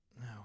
no